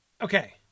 okay